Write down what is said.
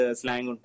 slang